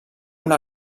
una